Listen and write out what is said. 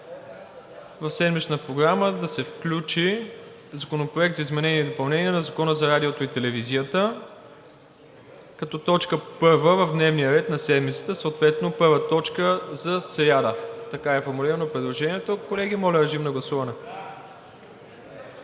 в Седмичната програма да се включи Законопроект за изменение и допълнение на Закона за радиото и телевизията като точка първа в дневния ред на седмицата – съответно първа точка за сряда. Така е формулирано предложението. Колеги, моля, режим на гласуване.